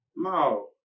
No